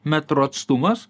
metrų atstumas